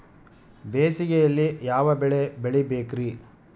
ಬೇಸಿಗೆಯಲ್ಲಿ ಯಾವ ಬೆಳೆ ಬೆಳಿಬೇಕ್ರಿ?